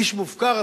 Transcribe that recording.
איש מופקר,